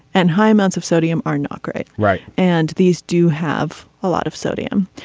and high amounts of sodium are not great. right. and these do have a lot of sodium.